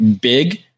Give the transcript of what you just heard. big